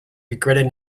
regretted